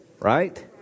right